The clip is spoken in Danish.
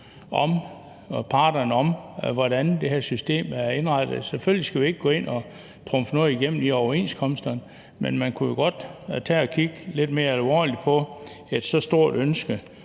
og parterne om, hvordan det her system er indrettet. Selvfølgelig skal vi ikke gå ind og trumfe noget igennem i overenskomsterne, men man kunne jo godt tage og kigge lidt mere alvorligt på et så stort ønske